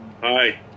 Hi